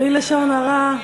בלי לשון הרע.